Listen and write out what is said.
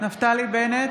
נפתלי בנט,